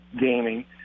gaming